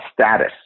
status